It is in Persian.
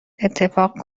اتفاق